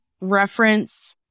reference